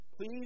Please